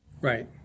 Right